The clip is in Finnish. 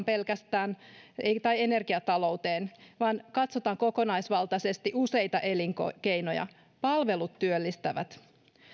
pelkästään teollisuuspolitiikkaan tai energiatalouteen vaan katsotaan kokonaisvaltaisesti useita elinkeinoja palvelut työllistävät